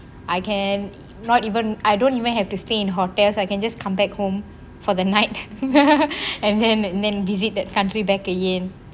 I can not even I don't even have to stay in hotels I can just come back home for the night and then then visit that country back again